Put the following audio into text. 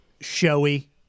Showy